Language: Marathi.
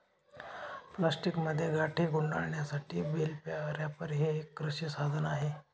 प्लास्टिकमध्ये गाठी गुंडाळण्यासाठी बेल रॅपर हे एक कृषी साधन आहे